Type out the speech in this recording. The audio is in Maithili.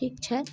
ठीक छै